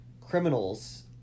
criminals